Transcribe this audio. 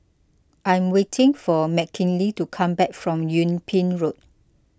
I am waiting for Mckinley to come back from Yung Ping Road